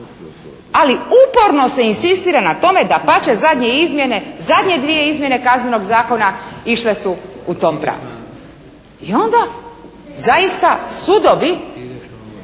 Ali uporno se inzistira na tome, dapače zadnje izmjene, zadnje dvije izmjene kaznenog zakona išle su u tom pravcu i onda zaista sudovi